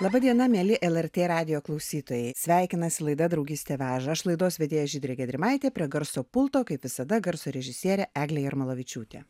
laba diena mieli lrt radijo klausytojai sveikinasi laida draugystė veža aš laidos vedėja žydrė gedrimaitė prie garso pulto kaip visada garso režisierė eglė jarmolavičiūtė